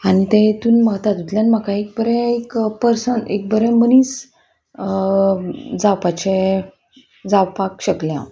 आनी ते हेतूना तातूंतल्यान म्हाका एक बरें एक पर्सन एक बरें मनीस जावपाचे जावपाक शकलें हांव